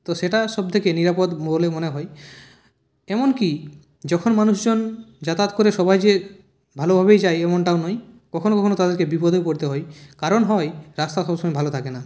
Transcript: তো সেটা সবথেকে নিরাপদ বলে মনে হয় এমনকি যখন মানুষজন যাতায়াত করে সবাই যে ভালোভাবেই যায় এমনটাও নয় কখনও কখনও তাদেরকে বিপদেও পড়তে হয় কারণ হয় রাস্তা সবসময় ভালো থাকে না